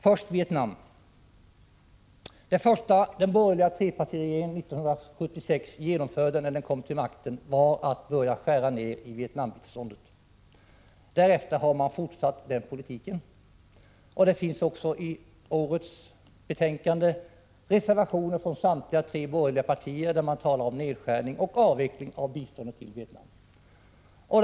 Först om Vietnam: Det första den borgerliga trepartiregeringen gjorde när den kom till makten 1976 var att börja skära ned i Vietnambiståndet. Därefter har man fortsatt den politiken. Det finns också i årets betänkande reservationer från samtliga tre borgerliga partier, där man talar om nedskärning och avveckling av biståndet till Vietnam.